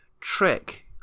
trick